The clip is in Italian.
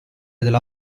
della